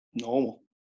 normal